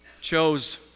chose